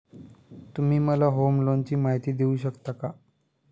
तुम्ही मला होम लोनची माहिती देऊ शकता का?